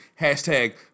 Hashtag